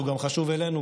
גם חשוב מבחינתנו,